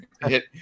hit